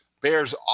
Bears